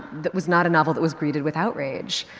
that was not a novel that was greeted with outrage.